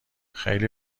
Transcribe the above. خیلی